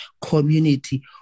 community